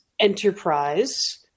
enterprise